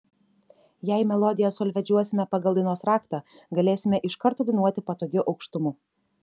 jei melodiją solfedžiuosime pagal dainos raktą galėsime iš karto dainuoti patogiu aukštumu